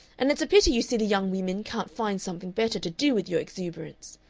and it's a pity you silly young wimmin can't find something better to do with your exuberance.